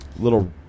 little